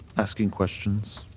asking questions.